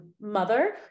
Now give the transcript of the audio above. mother